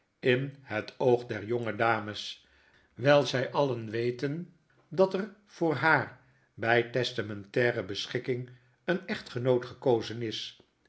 in het oog der jonge dames wijl zy alien weten dat er voor haar by testamentaire beschikking een echtgenoot gekozen is